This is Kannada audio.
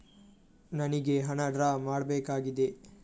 ನನಿಗೆ ಹಣ ಡ್ರಾ ಮಾಡ್ಬೇಕಾಗಿದೆ